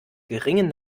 geringen